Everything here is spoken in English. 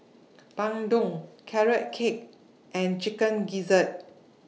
Bandung Carrot Cake and Chicken Gizzard